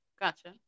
Gotcha